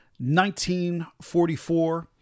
1944